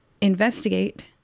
investigate